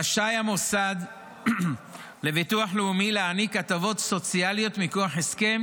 רשאי המוסד לביטוח לאומי להעניק הטבות סוציאליות מכוח הסכם